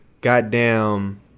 Goddamn